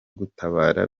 gutabara